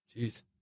Jeez